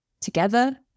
together